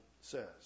says